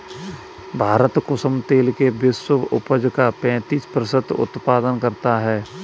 भारत कुसुम तेल के विश्व उपज का पैंतीस प्रतिशत उत्पादन करता है